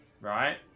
Right